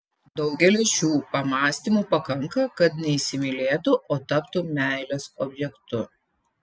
daugeliui šių pamąstymų pakanka kad neįsimylėtų o taptų meilės objektu